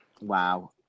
Wow